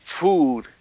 food